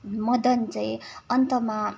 मदन चाहिँ अन्तमा